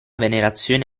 venerazione